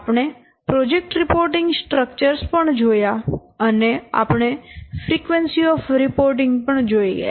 આપણે project reporting structures પણ જોયા અને આપણે ફ્રીક્વન્સી ઓફ રિપોર્ટિંગ પણ જોઇ ગયા